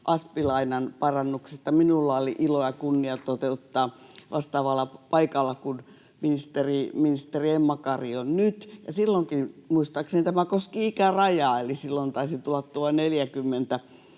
asp-lainan parannuksista minulla oli ilo ja kunnia toteuttaa vastaavalla paikalla kuin ministeri Emma Kari on nyt, ja silloinkin muistaakseni tämä koski ikärajaa, eli silloin taisi tulla tuo